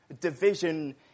Division